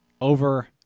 Over